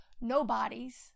nobodies